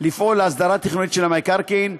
לפעול להסדרה תכנונית של המקרקעין,